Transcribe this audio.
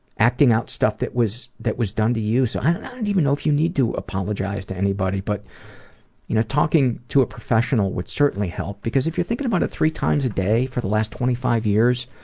acting out stuff that was that was done to you, so i don't um and even know if you need to apologize to anybody. but you know talking to a professional would certainly help because if you think about it three times a day for the last twenty five years,